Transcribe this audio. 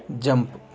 jump